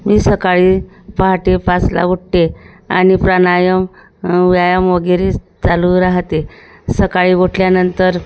मी सकाळी पहाटे पाचला उठते आणि प्राणायाम व्यायाम वगैरे चालू राहते सकाळी उठल्यानंतर